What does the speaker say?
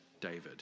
David